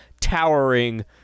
towering